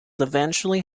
eventually